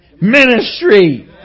ministry